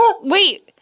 Wait